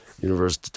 Universe